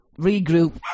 regroup